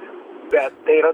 bet tai yra